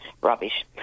rubbish